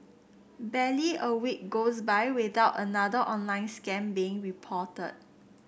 barely a week goes by without another online scam being reported